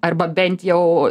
arba bent jau